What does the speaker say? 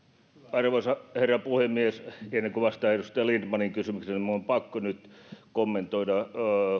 arvoisa herra puhemies ennen kuin vastaan edustaja lindtmanin kysymykseen niin minun on pakko nyt kommentoida